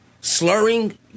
slurring